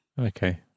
Okay